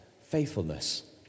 faithfulness